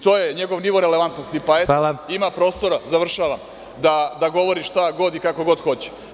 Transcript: To je njegov nivo relevantnosti, pa eto ima prostora da govori šta god i kako god hoće.